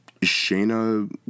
Shayna